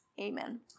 amen